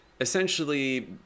essentially